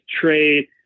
trade